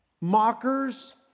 Mockers